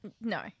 No